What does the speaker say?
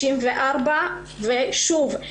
שוב,